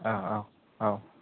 औ औ औ